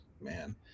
man